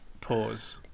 pause